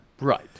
Right